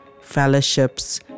fellowships